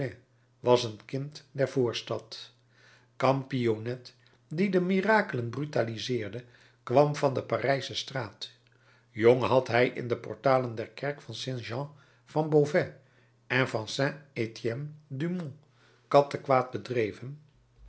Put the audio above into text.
was een kind der voorstad championnet die de mirakelen brutaliseerde kwam van de parijsche straat jong had hij in de portalen der kerken van st jan van beauvais en van saint etienne du mont kattenkwaad bedreven